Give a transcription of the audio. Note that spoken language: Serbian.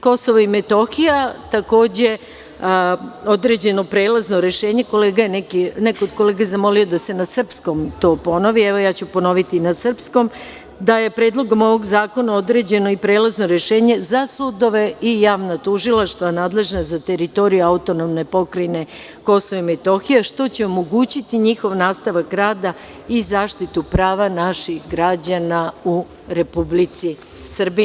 Kosovo i Metohija, takođe, određeno prelazno rešenje, neko od kolega je zamolio da se na srpskom to ponovi, evo ja ću ponoviti na srpskom – da je Predlogom ovog zakona određeno i prelazno rešenje za sudove i javna tužilaštva nadležna za teritoriju Autonomne Pokrajine Kosovo i Metohija, što će omogućiti njihov nastavak rada i zaštitu prava naših građana u Republici Srbiji.